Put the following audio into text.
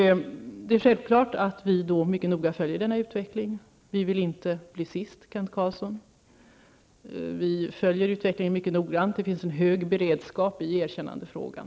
Det är självklart att vi mycket noggrant följer denna utveckling. Vi vill inte bli sist, Kent Carlsson, och det finns en hög beredskap i erkännandefrågan.